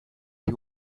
you